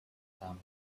taman